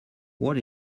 what